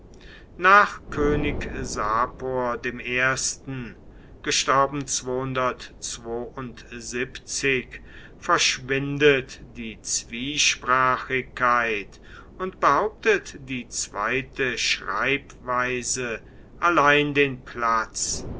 nach könig sa dem ersten verschwindet die zwiesprachigkeit und behauptet die zweite schreibweise allein den platz